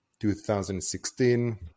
2016